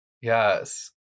Yes